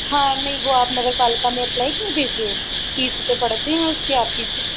हाँ नहीं वो आप नगरपालिका में अप्लाई कर दीजिए तीस रुपये पड़ते है उसके आपके